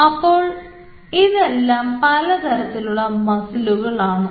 അപ്പോൾ ഇതെല്ലാം പലതരത്തിലുള്ള മസിലുകൾ ആണ്